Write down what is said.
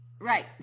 Right